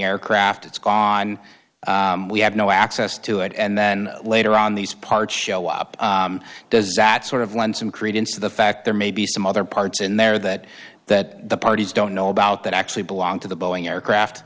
aircraft it's gone we have no access to it and then later on these parts show up disaster sort of lend some credence to the fact there may be some other parts in there that that the parties don't know about that actually belong to the boeing aircraft